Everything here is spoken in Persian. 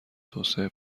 توسعه